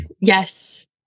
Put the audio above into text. Yes